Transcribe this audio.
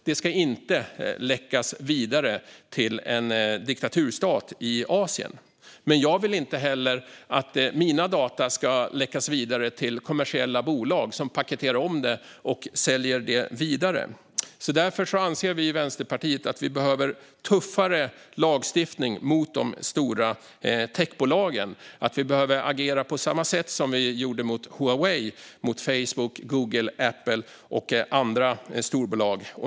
Det ska inte läckas vidare till en diktaturstat i Asien. Jag vill inte heller att mina data ska läckas vidare till kommersiella bolag som paketerar om dem och säljer dem vidare. Därför anser vi i Vänsterpartiet att vi behöver tuffare lagstiftning mot de stora techbolagen. Vi behöver agera på samma sätt som vi gjorde mot Huawei mot Facebook, Google, Apple och andra storbolag.